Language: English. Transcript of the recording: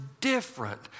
different